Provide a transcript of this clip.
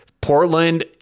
Portland